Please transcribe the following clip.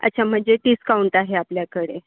अच्छा म्हणजे डिस्काउंट आहे आपल्याकडे